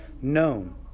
known